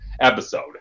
episode